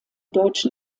deutschen